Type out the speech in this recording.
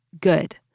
good